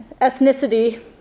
ethnicity